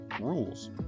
rules